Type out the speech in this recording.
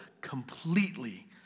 completely